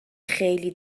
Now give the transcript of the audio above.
خیلی